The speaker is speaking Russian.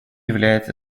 является